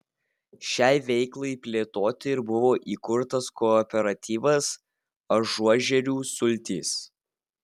šiai veiklai plėtoti ir buvo įkurtas kooperatyvas ažuožerių sultys